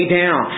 down